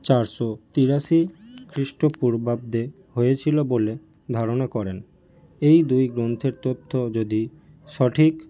চারশো তিরাশি খ্রিস্টপূর্বাব্দে হয়েছিল বলে ধারণা করেন এই দুই গ্রন্থের তথ্য যদি সঠিক